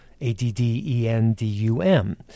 A-D-D-E-N-D-U-M